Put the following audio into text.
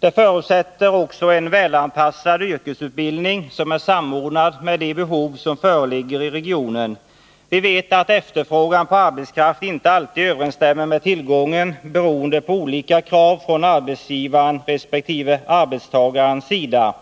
Detta förutsätter också en välanpassad yrkesutbildning, som är samordnad med det behov som föreligger i regionen. Vi vet att efterfrågan på arbetskraft inte alltid Nr 50 överensstämmer med tillgången, beroende på olika krav från arbetsgivarens Måndagen den resp. arbetstagarens sida.